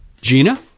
Gina